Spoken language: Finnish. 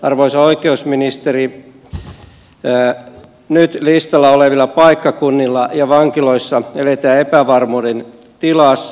arvoisa oikeusministeri nyt listalla olevilla paikkakunnilla ja vankiloissa eletään epävarmuuden tilassa